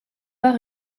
pas